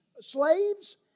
slaves